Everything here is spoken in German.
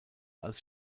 als